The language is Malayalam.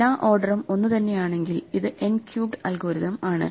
എല്ലാ ഓർഡറും ഒന്നുതന്നെ ആണെങ്കിൽ ഇത് n ക്യൂബ്ഡ് അൽഗൊരിതം ആണ്